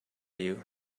you